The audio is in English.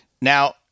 Now